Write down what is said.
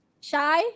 shy